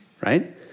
right